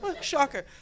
shocker